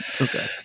okay